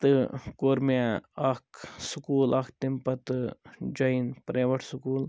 تہٕ کوٚر مےٚ اَکھ سُکوٗل اَکھ تَمہِ پَتہٕ جۄیِن پرٛیوٹ سُکول